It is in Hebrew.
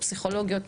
פסיכולוגיות,